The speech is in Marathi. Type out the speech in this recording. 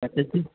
अच्छा ती